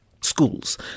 schools